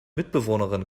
mitbewohnerin